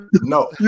No